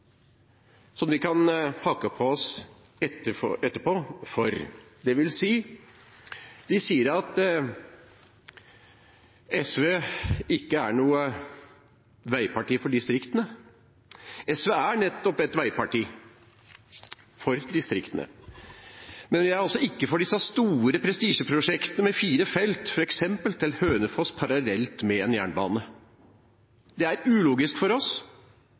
SV ikke er noe veiparti for distriktene. SV er nettopp et veiparti for distriktene, men vi er ikke for de store prestisjeprosjektene, f.eks. fire felt til Hønefoss parallelt med en jernbane. Det er ulogisk for oss.